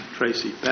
Tracy